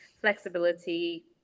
flexibility